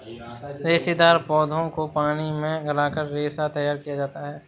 रेशेदार पौधों को पानी में गलाकर रेशा तैयार किया जाता है